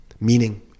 meaning